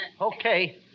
Okay